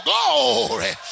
Glory